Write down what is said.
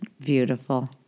beautiful